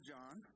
John